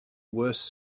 worse